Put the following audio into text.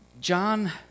John